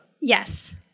Yes